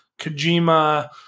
Kojima